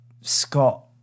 Scott